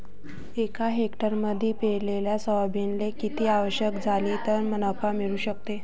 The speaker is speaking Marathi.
एका हेक्टरमंदी पेरलेल्या सोयाबीनले किती आवक झाली तं नफा मिळू शकन?